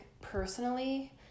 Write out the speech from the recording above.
personally